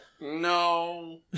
No